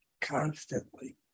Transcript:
constantly